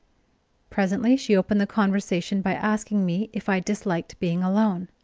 presently she opened the conversation by asking me if i disliked being alone.